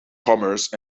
commerce